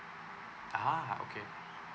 ah okay